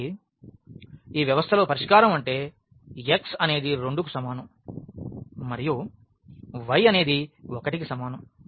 కాబట్టి ఈ వ్యవస్థలో పరిష్కారం అంటే x అనేది 2 కు సమానం మరియు y అనేది 1 కి సమానం